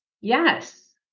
Yes